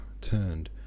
turned